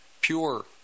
pure